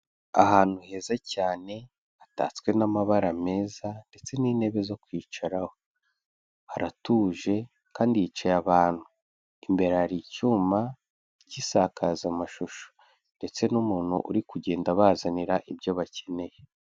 Ahantu heza cyane, hatatswe n'amabara meza ndetse n'intebe zo kwicaraho, haratuje kandi hicaye abantu, imbere hari icyuma cy'isakazamashusho ndetse n'umuntu uri kugenda bazanira ibyo bakeneye.